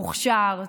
מוכשר,